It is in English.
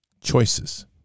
Choices